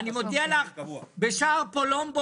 כך שהמושג הזה של מתנדב מאושר - הוא לא על הפרק